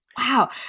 Wow